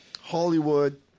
Hollywood